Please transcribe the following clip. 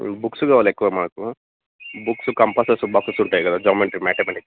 books కావాలి ఎక్కువ మాకు బుక్స్ కంపససు బాక్సెస్ ఉంటాయి కదా జామెంట్రీ మ్యాతమెటిక్స్